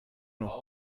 noch